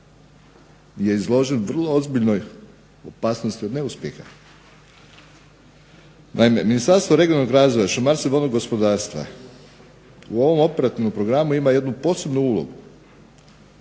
je izložen vrlo ozbiljnoj opasnosti od neuspjeha. Naime, Ministarstvo regionalnog razvoja, šumarstva i vodnog gospodarstva u ovom operativnom programu ima jednu posebnu ulogu,